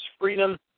Freedom